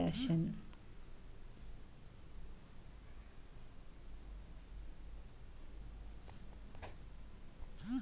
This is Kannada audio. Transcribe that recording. ಮೊಸಳೆ ಚರ್ಮವನ್ನು ಹರ್ಮ್ಸ್ ಲೂಯಿಸ್ ಹಾಗೂ ಗುಸ್ಸಿಯಂತ ಫ್ಯಾಷನ್ ಬ್ರ್ಯಾಂಡ್ಗಳು ಬಳುಸ್ತರೆ